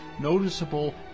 noticeable